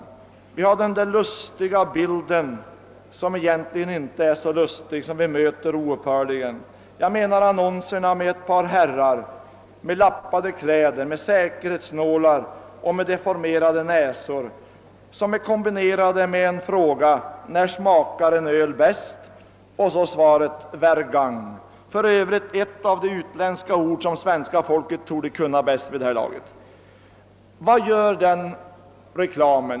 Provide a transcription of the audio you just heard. Vi möter oupphörligen den lustiga annonsen, som egentligen inte är så lustig, med en bild av två herrar med deformerade näsor och i lumpiga kläder som hålls ihop av säkerhetsnålar. Den ene frågar när en öl smakar bäst och får svaret: »Hver gang», ett av de utländska uttryck som det svenska folket torde känna bäst till vid det här laget. Vad åstadkommer nu denna reklam?